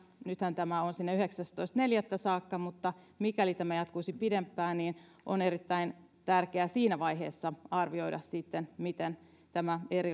nythän tämä on sinne yhdeksästoista neljättä saakka mutta mikäli tämä jatkuisi pidempään niin on erittäin tärkeää siinä vaiheessa sitten arvioida miten tämä